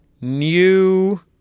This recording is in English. New